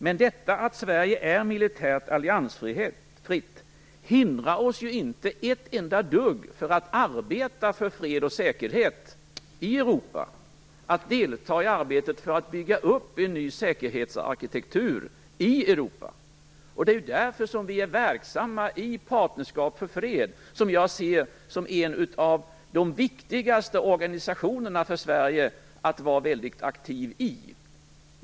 Men att Sverige är militärt alliansfritt hindrar oss inte ett enda dugg från att arbeta för fred och säkerhet i Europa och delta i arbetet för att bygga upp en ny säkerhetsarkitektur i Europa. Det är därför vi är verksamma i Partnerskap för fred, som jag ser som en av de viktigaste organisationerna för Sverige att vara väldigt aktiv i.